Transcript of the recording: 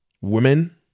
women